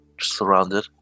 surrounded